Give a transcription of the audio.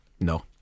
No